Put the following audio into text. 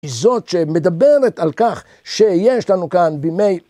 היא זאת שמדברת על כך שיש לנו כאן בימי...